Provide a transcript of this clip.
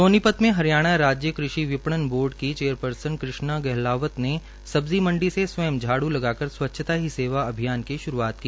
सोनीपत के हरियाणा राज्य कृषि विपणन बोर्ड की चेयरपर्सन कृष्णा गहलावत ने सब्जी मंडी से स्वयं झाड़ू लगाकर स्व्छता ही सेवा अभियान की श्रूआात की